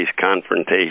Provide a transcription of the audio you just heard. confrontation